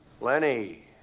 Lenny